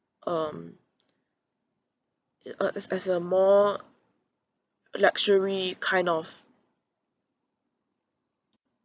um uh as as a more luxury kind of